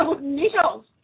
needles